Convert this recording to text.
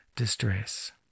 distress